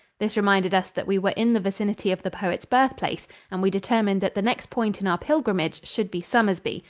this reminded us that we were in the vicinity of the poet's birthplace, and we determined that the next point in our pilgrimage should be somersby,